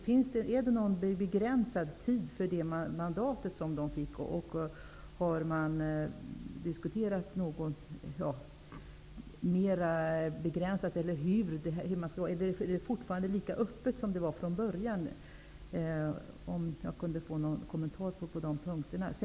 Finns det någon begränsad tid för det mandat som de fick eller är det fortfarande lika öppet som det var från början? Jag skulle vilja ha en kommentar om detta.